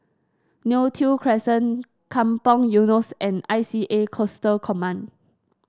Neo Tiew Crescent Kampong Eunos and I C A Coastal Command